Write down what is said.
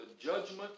judgment